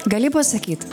gali pasakyt